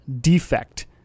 defect